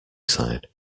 side